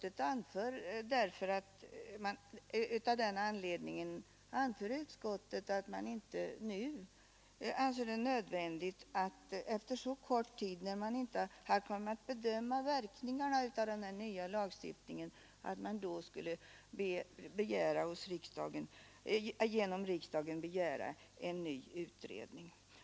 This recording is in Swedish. Eftersom dessa gällt så kort tid att man inte kunnat bedöma verkningarna anser utskottet det inte nödvändigt att riksdagen nu begär en ny utredning.